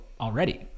already